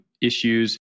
issues